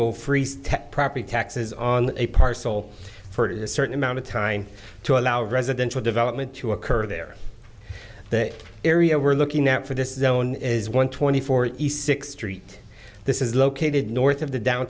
will freeze tech property taxes on a parcel for in a certain amount of time to allow residential development to occur there that area we're looking at for this is known as one twenty four six street this is located north of the down